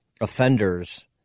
offenders